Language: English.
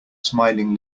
smiling